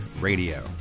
Radio